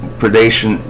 predation